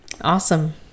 Awesome